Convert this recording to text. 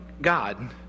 God